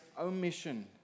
Omission